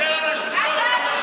אתה חוזר על השטויות של ראש הממשלה.